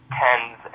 tens